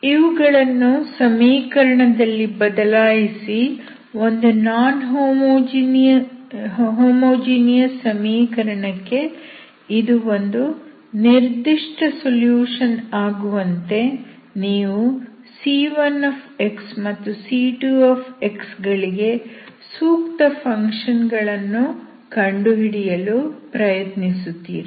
ಇವುಗಳನ್ನು ಸಮೀಕರಣದಲ್ಲಿ ಬದಲಾಯಿಸಿ ಒಂದು ನಾನ್ ಹೋಮೋಜಿನಿಯಸ್ ಸಮೀಕರಣ ಕ್ಕೆ ಇದು ಒಂದು ನಿರ್ದಿಷ್ಟ ಸೊಲ್ಯೂಷನ್ ಆಗುವಂತೆ ನೀವು c1x ಮತ್ತು c2 ಗಳಿಗೆ ಸೂಕ್ತ ಫಂಕ್ಷನ್ ಗಳನ್ನು ಕಂಡುಹಿಡಿಯಲು ಪ್ರಯತ್ನಿಸುತ್ತೀರಿ